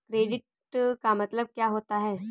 Credit का मतलब क्या होता है?